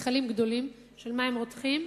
מכלים גדולים של מים רותחים,